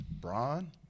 Braun